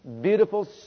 Beautiful